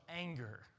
anger